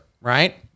right